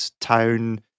town